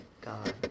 God